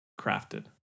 crafted